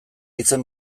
izen